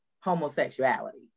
homosexuality